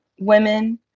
women